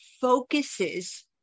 focuses